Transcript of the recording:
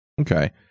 Okay